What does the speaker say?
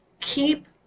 keep